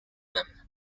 them